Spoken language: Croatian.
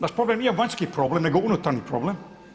Naš problem nije vanjski problem, nego unutarnji problem.